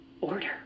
order